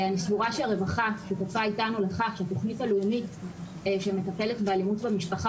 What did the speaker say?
אני סבורה שהתכנית הלאומית שמטפלת באלימות במשפחה